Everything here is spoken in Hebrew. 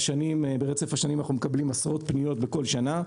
ברצף השנים אנחנו מקבלים עשרות פניות כל שנה.